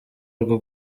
rwo